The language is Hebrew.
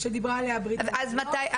אז מתי?